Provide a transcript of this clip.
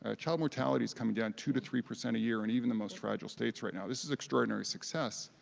ah child mortality is coming down two to three percent a year in even the most fragile states right now. this is extraordinary success,